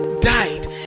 died